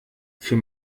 für